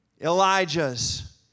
Elijah's